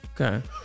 okay